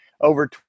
over